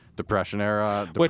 Depression-era